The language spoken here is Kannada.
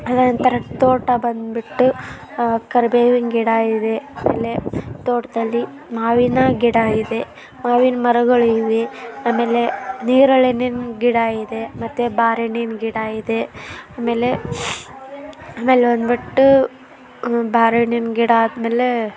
ಅದು ನಂತರ ತೋಟ ಬಂದುಬಿಟ್ಟು ಕರ್ಬೇವಿನ ಗಿಡ ಇದೆ ಆಮೇಲೆ ತೋಟದಲ್ಲಿ ಮಾವಿನ ಗಿಡ ಇದೆ ಮಾವಿನ ಮರಗಳಿವೆ ಆಮೇಲೆ ನೇರಳೆ ಹಣ್ಣಿನ ಗಿಡ ಇದೆ ಮತ್ತು ಬಾರೆಹಣ್ಣಿನ ಗಿಡ ಇದೆ ಆಮೇಲೆ ಆಮೇಲೆ ಬಂದುಬಿಟ್ಟು ಬಾರೆ ಹಣ್ಣಿನ ಗಿಡ ಆದಮೇಲೆ